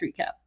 recap